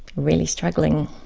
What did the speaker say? really struggling.